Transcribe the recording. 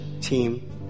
team